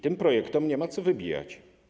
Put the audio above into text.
Tym projektom nie ma co wybijać.